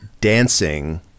dancing